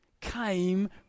came